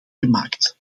gemaakt